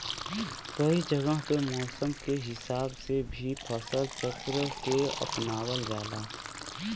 कई जगह पे मौसम के हिसाब से भी फसल चक्र के अपनावल जाला